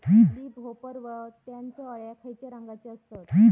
Leaf hopper व त्यानचो अळ्या खैचे रंगाचे असतत?